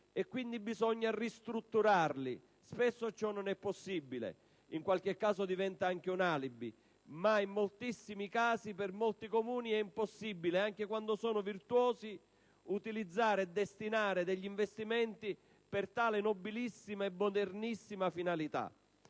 e quindi bisogna ristrutturarli. Spesso ciò non è possibile; in qualche caso diventa anche un alibi, ma in moltissimi casi per molti Comuni, anche virtuosi, è impossibile utilizzare e destinare gli investimenti per tale nobilissima e modernissima finalità.